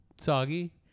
soggy